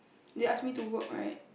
they ask me to work right